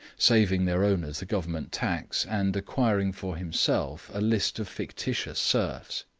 saving their owners the government tax, and acquiring for himself a list of fictitious serfs,